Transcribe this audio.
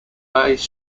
bass